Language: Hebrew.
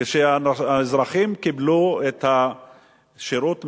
כשהאזרחים קיבלו את שירות המים,